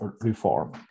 reform